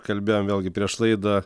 kalbėjom vėlgi prieš laidą